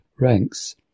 ranks